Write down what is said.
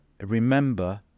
remember